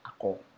ako